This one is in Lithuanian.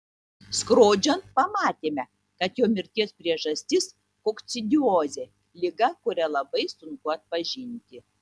skrodžiant pamatėme kad jo mirties priežastis kokcidiozė liga kurią labai sunku atpažinti